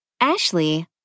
Ashley